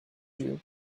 you